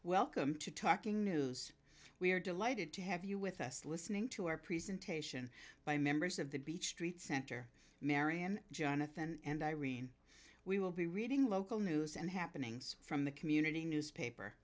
welcome to talking news we're delighted to have you with us listening to our presentation by members of the beach street center marian jonathan and irene we will be reading local news and happenings from the community newspaper